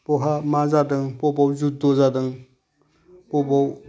बहा मा जादों बबाव जुध्द जादों बबाव